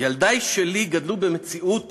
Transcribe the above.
ילדי שלי גדלו במציאות